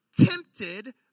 tempted